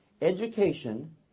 education